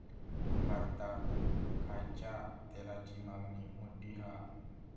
भारतात खायच्या तेलाची मागणी मोठी हा